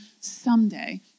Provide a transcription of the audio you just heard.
someday